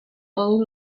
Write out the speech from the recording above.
todos